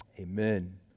amen